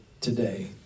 today